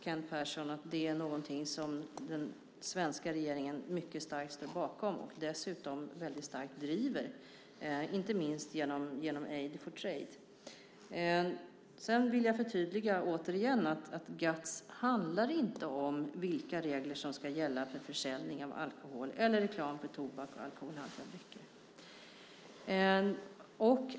Kent Persson vet att det är någonting som den svenska regeringen mycket starkt står bakom och dessutom väldigt starkt driver, inte minst genom Aid for Trade. Sedan vill jag återigen förtydliga att GATS inte handlar om vilka regler som ska gälla för försäljning av alkohol eller reklam för tobak och alkoholhaltiga drycker.